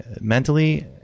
mentally